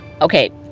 Okay